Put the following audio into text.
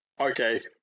Okay